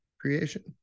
creation